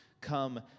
come